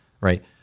right